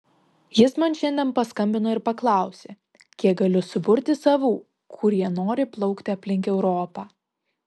jis man šiandien paskambino ir paklausė kiek galiu suburti savų kurie nori plaukti aplink europą